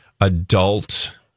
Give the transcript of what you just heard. adult